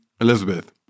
Elizabeth